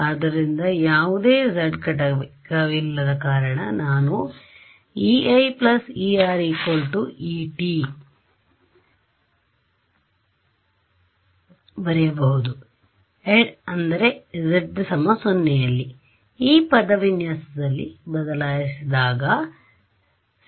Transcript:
ಆದ್ದರಿಂದ ಯಾವುದೇ z ಘಟಕವಿಲ್ಲದ ಕಾರಣ ನಾನು Ei Er Et ಬರೆಯಬಹುದುat z 0 ಈ ಪದವಿನ್ಯಾಸದಲ್ಲಿ ಬದಲಿಸಿದಾಗ ಸಿಗುತ್ತದೆ